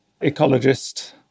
ecologist